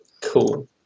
Cool